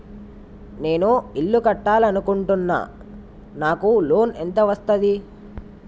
నేను ఇల్లు కట్టాలి అనుకుంటున్నా? నాకు లోన్ ఎంత వస్తది?